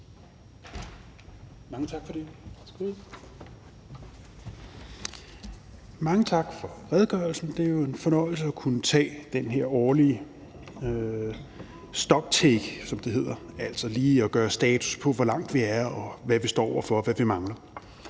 Mange tak for det, og mange tak for redegørelsen. Det er jo en fornøjelse at kunne tage den her årlige stocktake, som det hedder, altså lige at gøre status på, hvor langt vi er, hvad vi står over for, og hvad vi mangler.